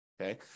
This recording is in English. Okay